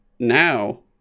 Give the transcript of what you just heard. now